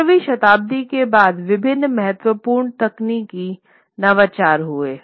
15 वीं शताब्दी के बाद विभिन्न महत्वपूर्ण तकनीकी नवाचार हुए